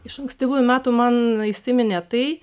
iš ankstyvųjų metų man įsiminė tai